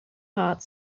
heart